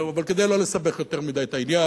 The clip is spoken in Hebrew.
כדי לא לסבך יותר מדי את העניין,